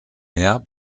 meer